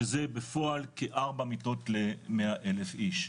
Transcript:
שזה בפועל כארבע מיטות למאה אלף איש,